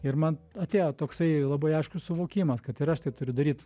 ir man atėjo toksai labai aiškus suvokimas kad ir aš tai turiu daryt